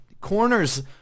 corners